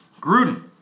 Gruden